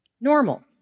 normal